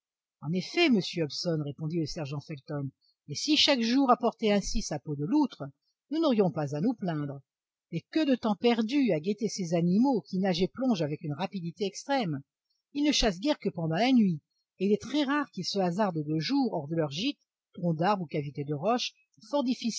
en effet monsieur hobson répondit le sergent felton et si chaque jour apportait ainsi sa peau de loutre nous n'aurions pas à nous plaindre mais que de temps perdu à guetter ces animaux qui nagent et plongent avec une rapidité extrême ils ne chassent guère que pendant la nuit et il est très rare qu'ils se hasardent de jour hors de leur gîte tronc d'arbre ou cavité de roche